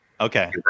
Okay